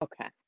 okay